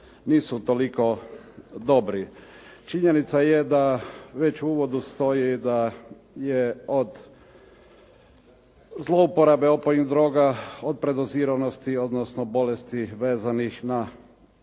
nisu toliko dobri. Činjenica je da već u uvodu stoji da je od zlouporabe opojnih droga od predoziranosti, odnosno bolesti vezanih na